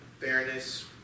fairness